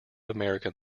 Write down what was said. american